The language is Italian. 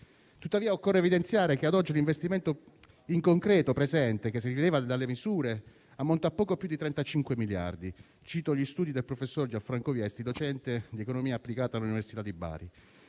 Tuttavia occorre evidenziare che ad oggi l'investimento in concreto presente che si rileva dalle misure ammonta a poco più di 35 miliardi; cito gli studi del professor Gianfranco Viesti, docente di economia applicata all'Università di Bari.